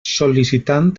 sol·licitant